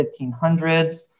1500s